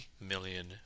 million